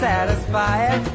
satisfied